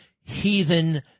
heathen